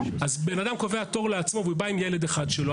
אז בן אדם קובע תור לעצמו והוא בא עם ילד אחד שלו,